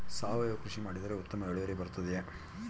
ಸಾವಯುವ ಕೃಷಿ ಮಾಡಿದರೆ ಉತ್ತಮ ಇಳುವರಿ ಬರುತ್ತದೆಯೇ?